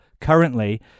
currently